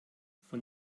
von